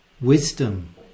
Wisdom